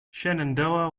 shenandoah